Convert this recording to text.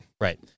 Right